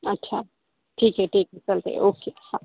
अच्छा ठीक आहे ठीक आहे चालतं आहे ओके हा